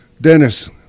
Dennis